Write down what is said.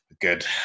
good